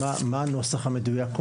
מה קובע כרגע הנוסח המדויק?